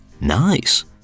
Nice